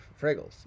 fraggles